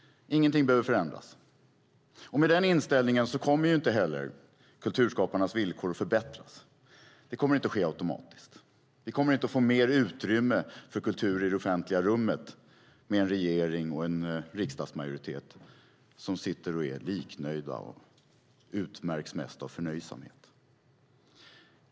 Ingenting behöver förändras. Med den inställningen kommer inte heller kulturskaparnas villkor att förbättras. Det kommer inte att ske automatiskt. Vi kommer inte att få mer utrymme för kultur i det offentliga rummet med en regering och en riksdagsmajoritet som sitter och är liknöjd och som mest utmärks av förnöjsamhet.